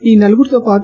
ఈ నలుగురితో పాటు